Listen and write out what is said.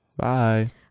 Bye